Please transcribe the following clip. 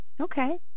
Okay